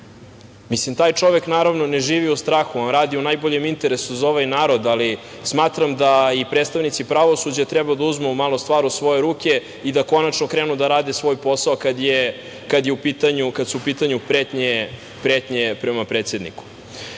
Mislim taj čovek ne živi u strahu, on radi u najboljem interesu za ovaj narod, ali smatram da predstavnici pravosuđa treba da uzmu stvar u svoje ruke i da konačno krenu da rade svoj posao kada su u pitanju pretnje prema predsedniku. Mi